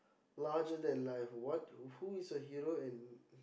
larger than life what who is your hero and